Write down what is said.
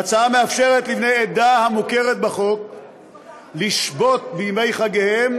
ההצעה מאפשרת לבני עדה המוכרת בחוק לשבות בימי חגיה,